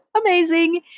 Amazing